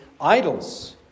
idols